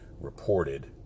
reported